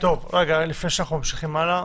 לפני שאנחנו ממשיכים הלאה,